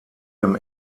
dem